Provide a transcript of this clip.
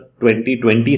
2020